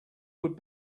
would